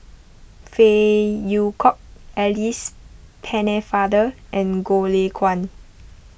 Phey Yew Kok Alice Pennefather and Goh Lay Kuan